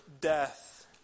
death